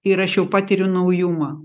ir aš jau patiriu naujumą